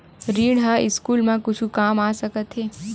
ऋण ह स्कूल मा कुछु काम आ सकत हे?